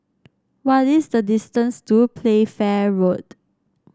what is the distance to Playfair Road